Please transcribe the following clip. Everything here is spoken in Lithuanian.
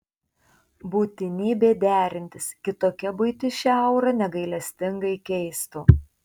būtinybė derintis kitokia buitis šią aurą negailestingai keistų